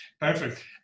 Perfect